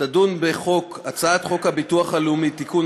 תדון בהצעת חוק הביטוח הלאומי (תיקון,